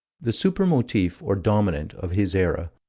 the super-motif, or dominant, of his era,